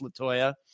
latoya